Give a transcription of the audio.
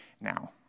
Now